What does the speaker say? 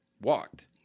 walked